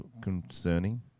concerning